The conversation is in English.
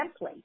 template